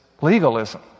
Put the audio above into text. legalism